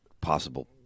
possible